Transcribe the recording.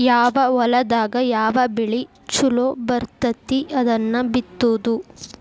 ಯಾವ ಹೊಲದಾಗ ಯಾವ ಬೆಳಿ ಚುಲೊ ಬರ್ತತಿ ಅದನ್ನ ಬಿತ್ತುದು